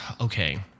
Okay